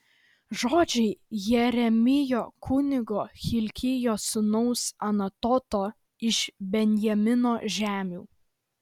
žodžiai jeremijo kunigo hilkijo sūnaus iš anatoto iš benjamino žemių